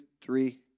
three